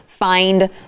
Find